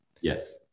Yes